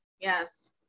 yes